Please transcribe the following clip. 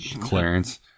Clarence